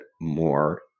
more